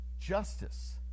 justice